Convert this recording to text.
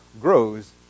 grows